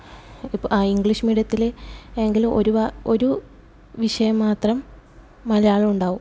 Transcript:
ഇപ്പം ഇംഗ്ലീഷ് മീഡിയത്തിൽ ഏതെങ്കിലും ഒരുവാ ഒരു വിഷയം മാത്രം മലയാളം ഉണ്ടാകും